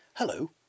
Hello